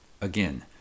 again